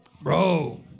Bro